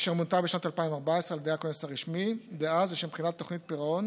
אשר מונתה בשנת 2014 על ידי הכונס הרשמי דאז לשם בחינת תוכנית הפירעון